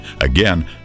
Again